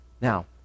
Now